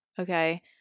okay